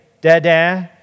dada